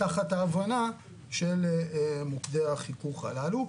תחת ההבנה של מוקדי החיכוך הללו.